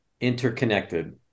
interconnected